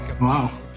wow